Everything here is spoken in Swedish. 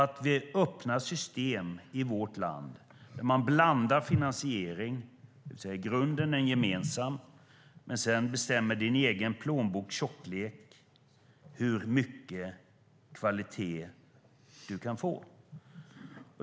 Det handlar om att öppna system i vårt land och blanda finansieringen. I grunden är den gemensam, men sedan bestämmer din egen plånboks tjocklek hur mycket kvalitet du kan få.